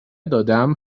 دادم